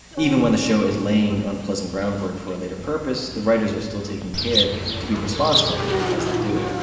even when the show is laying unpleasant groundwork for a later purpose, the writers are still taking care to be responsible as they do it.